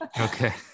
Okay